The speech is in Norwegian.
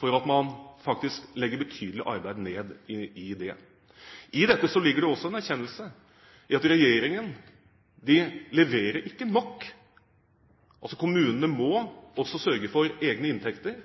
til at man faktisk legger betydelig arbeid ned i det. I dette ligger det også en erkjennelse av at regjeringen ikke leverer nok. Kommunene må også sørge for egne inntekter.